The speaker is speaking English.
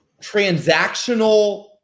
transactional